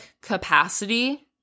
capacity